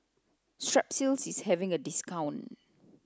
strepsils is having a discount